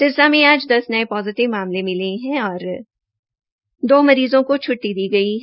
सिरसा में आज दस नये पोजिटिव मामलों मिले है और दो मरीज़ो को छुटटी दी गई है